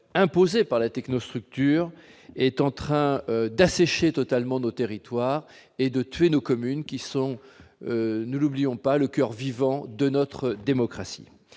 imposée par la technostructure, est en train d'assécher totalement nos territoires et de tuer nos communes, qui sont, ne l'oublions pas, le coeur vivant de notre démocratie.